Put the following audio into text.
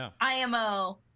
IMO